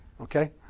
Okay